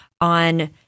on –